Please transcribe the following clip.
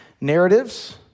narratives